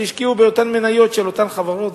שהשקיעו באותן מניות של אותן חברות,